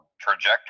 trajectory